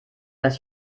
dass